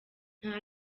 nta